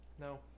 No